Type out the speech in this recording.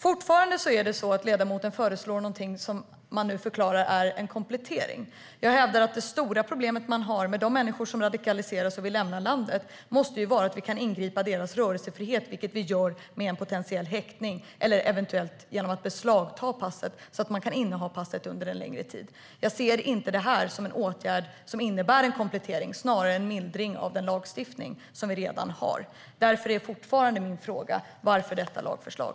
Fortfarande är det så att ledamoten föreslår någonting som man nu förklarar är en komplettering. Jag hävdar att huvudsaken när det gäller det stora problemet med människor som radikaliseras och vill lämna landet måste vara att vi kan ingripa i deras rörelsefrihet, vilket vi gör med en potentiell häktning eller eventuellt genom att beslagta passet under en längre tid. Jag ser inte det här som en åtgärd som innebär en komplettering, utan det är snarare en mildring av den lagstiftning som vi redan har. Därför är fortfarande min fråga: Varför detta lagförslag?